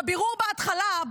בבירור בהתחלה,